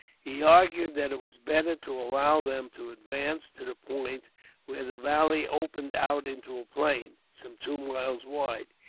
he argued that it was better to allow them to advance to the point where the valley opened out into a plain, some two miles wide.